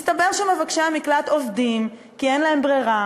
מסתבר שמבקשי המקלט עובדים, כי אין להם ברירה,